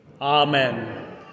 amen